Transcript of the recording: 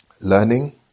Learning